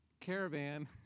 caravan